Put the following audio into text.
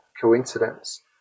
coincidence